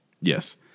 Yes